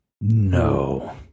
No